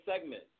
segment